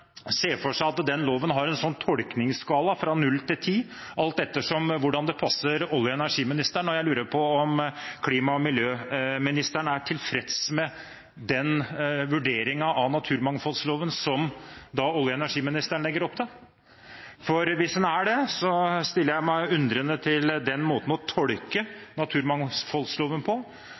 ser for seg at den loven har en tolkningsskala fra null til ti, alt etter hvordan det passer olje- og energiministeren. Jeg lurer på om klima- og miljøministeren er tilfreds med den vurderingen av naturmangfoldloven som olje- og energiministeren legger opp til? For hvis en er det, stiller jeg meg undrende til den måten å tolke naturmangfoldloven på.